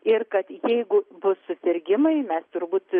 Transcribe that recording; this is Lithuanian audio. ir kad jeigu bus susirgimai mes turbūt